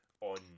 on